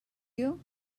you